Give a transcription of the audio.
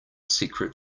secret